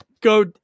go